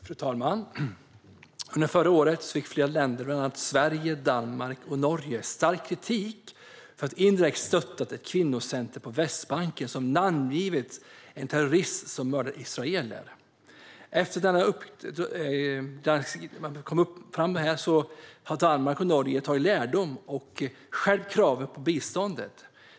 Fru talman! Under förra året fick flera länder, bland annat Sverige, Danmark och Norge, stark kritik för att indirekt ha stöttat ett kvinnocenter på Västbanken som namngivits efter en terrorist som mördat israeler. Efter att detta kommit fram har Danmark och Norge tagit lärdom och skärpt kraven för biståndet.